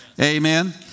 Amen